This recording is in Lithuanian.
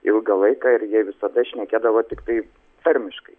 ilgą laiką ir jie visada šnekėdavo tiktai tarmiškai